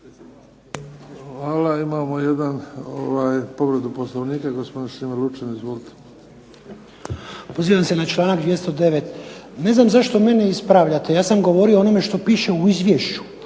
Hvala. Imamo jedan povredu Poslovnika, gospodin Šime Lučin. Izvolite. **Lučin, Šime (SDP)** Pozivam se na članak 209. Ne znam zašto mene ispravljate, ja sam govorio o onome što piše u izvješću,